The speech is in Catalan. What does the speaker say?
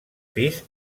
pis